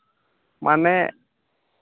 ᱢᱟᱱᱮ